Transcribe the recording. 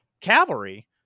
cavalry